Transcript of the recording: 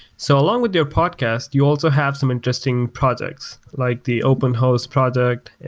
so along with your podcast, you also have some interesting projects, like the open house project,